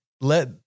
let